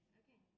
okay